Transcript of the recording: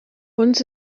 uns